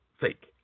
Fake